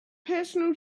personal